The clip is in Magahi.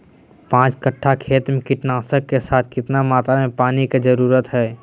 पांच कट्ठा खेत में कीटनाशक के साथ कितना मात्रा में पानी के जरूरत है?